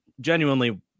genuinely